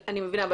אני מבינה,